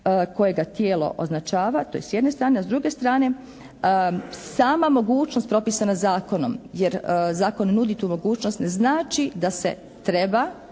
koje ga tijelo označava, to je s jedne strane. I s druge strane sama mogućnost propisana zakonom jer zakon nudi tu mogućnost ne znači da se treba